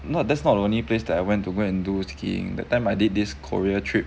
no that's not the only place that I went to go and do skiing that time I did this korea trip